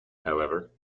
however